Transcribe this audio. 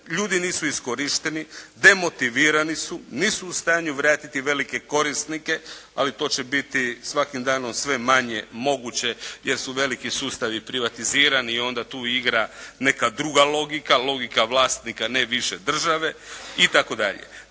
ljudi nisu iskorišteni, demotivirani su, nisu u stanju vratiti velike korisnike, ali to će biti svakim danom sve manje moguće jer su veliki sustavi privatizirani i onda tu igra neka druga logika, logika vlasnika, ne više države itd.